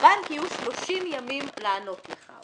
לבנק יהיו 30 ימים לענות לך.